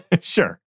Sure